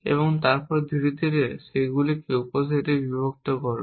এবং তারপরে ধীরে ধীরে সেগুলিকে উপসেটে বিভক্ত করুন